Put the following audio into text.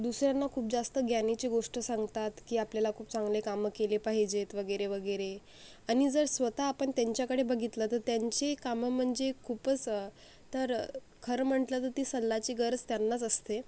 दुसऱ्यांना खूप जास्त ज्ञानाची गोष्ट सांगतात की आपल्याला खूप चांगले काम केले पाहिजेत वगैरे वगैरे आणि जर स्वतः आपण त्यांच्याकडे बघितलं तर त्यांची कामं म्हणजे खूपच तर खरं म्हटलं तर ती सल्ल्याची गरज त्यांनाच असते